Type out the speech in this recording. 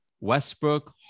Westbrook